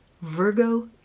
Virgo